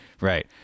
right